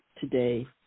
today